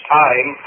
time